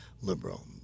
liberal